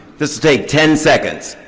just take ten seconds.